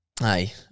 Aye